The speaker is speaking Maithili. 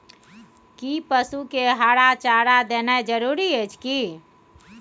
कि पसु के हरा चारा देनाय जरूरी अछि की?